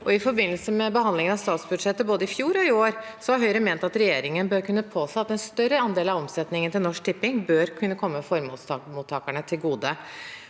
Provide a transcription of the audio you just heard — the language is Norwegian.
I forbindelse med behandlingen av statsbudsjettet både i fjor og i år har Høyre ment at regjeringen bør kunne påse at en større andel av omsetningen til Norsk Tipping kommer formålsmottakerne til gode.